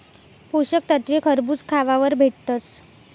पोषक तत्वे खरबूज खावावर भेटतस